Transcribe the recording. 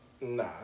Nah